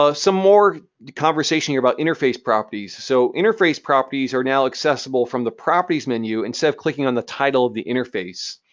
ah some more conversation here about interface properties. so, interface properties are now accessible from the properties menu instead of clicking on the title of the interface.